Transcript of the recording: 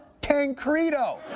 Tancredo